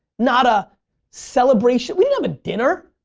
not a celebration, we didn't have a dinner.